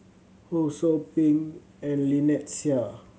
Ho Sou Ping and Lynnette Seah